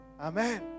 Amen